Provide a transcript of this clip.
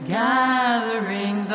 gathering